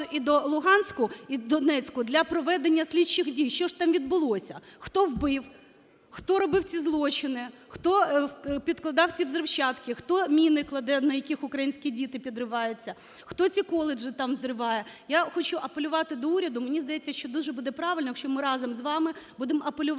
і до Луганську, і до Донецьку для проведення слідчих дій, що ж там відбулося. Хто вбив? Хто робив ці злочини? Хто підкладав цівзривчатки? Хто міни кладе, на яких українські діти підриваються? Хто ці коледжі там взриває? Я хочу апелювати до уряду. Мені здається, що дуже буде правильно, якщо ми разом з вами будемо апелювати